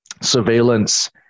surveillance